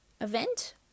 event